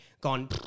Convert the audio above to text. gone